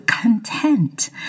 content